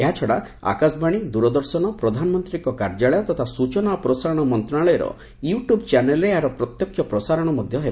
ଏହାଛଡ଼ା ଆକାଶବାଣୀ ଦୂରଦର୍ଶନ ପ୍ରଧାନମନ୍ତ୍ରୀଙ୍କ କାର୍ଯ୍ୟାଳୟ ତଥା ସୂଚନା ଓ ପ୍ରସାରଣ ମନ୍ତ୍ରଣାଳୟର ୟୁ ଟ୍ୟୁବ୍ ଚ୍ୟାନେଲ୍ରେ ଏହାର ପ୍ରତ୍ୟକ୍ଷ ପ୍ରସାରଣ ମଧ୍ୟ ହେବ